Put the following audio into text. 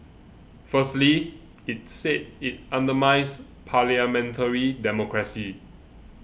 firstly it said it undermines parliamentary democracy